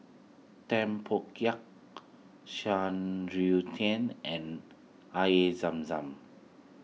Tempoyak Shan Rui Tang and Air Zam Zam